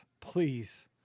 Please